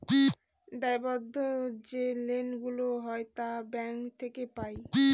দায়বদ্ধ যে লোন গুলা হয় তা ব্যাঙ্ক থেকে পাই